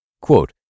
Quote